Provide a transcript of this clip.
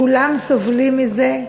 כולם סובלים מזה,